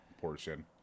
portion